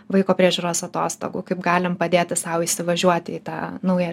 vaiko priežiūros atostogų kaip galim padėti sau įsivažiuoti į tą naują